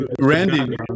Randy